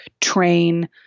train